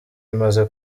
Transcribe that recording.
imaze